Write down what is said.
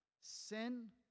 sin